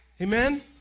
Amen